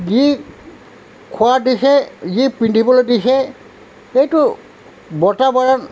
যি খোৱা দিছে যি পিন্ধিবলৈ দিছে সেইটো বতাৱৰণ